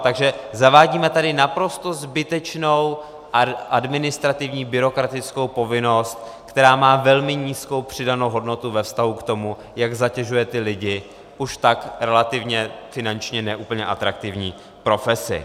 Takže zavádíme tady naprosto zbytečnou administrativní byrokratickou povinnost, která má velmi nízkou přidanou hodnotu ve vztahu k tomu, jak zatěžuje ty lidi v už tak relativně finančně ne úplně atraktivní profesi.